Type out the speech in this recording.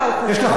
בבקשה, מעכשיו.